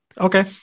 Okay